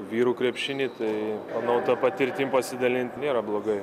vyrų krepšiny tai manau ta patirtim pasidalint nėra blogai